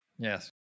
Yes